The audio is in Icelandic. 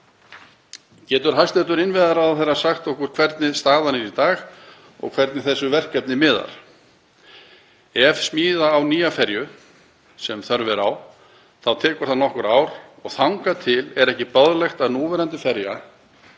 Getur hæstv. innviðaráðherra sagt okkur hvernig staðan er í dag og hvernig þessu verkefni miðar? Ef smíða á nýja ferju, sem þörf er á, þá tekur það nokkur ár. Þangað til er ekki boðlegt að núverandi ferja,